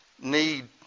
need